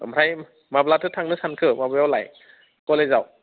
ओमफ्राय माब्लाथो थांनो सानखो माबायावलाय कलेजाव